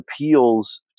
appeals